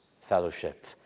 fellowship